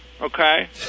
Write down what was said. okay